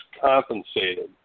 compensated